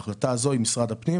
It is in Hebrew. ההחלטה הזאת היא משרד הפנים